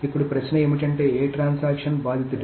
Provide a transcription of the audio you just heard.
ఇప్పుడు ప్రశ్న ఏమిటంటే ఏ ట్రాన్సాక్షన్ బాధితుడు